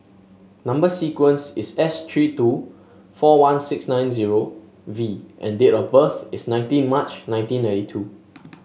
number sequence is S three two four one six nine zero V and date of birth is nineteen March nineteen ninety two